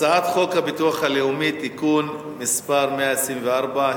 הצעת חוק הביטוח הלאומי (תיקון מס' 124),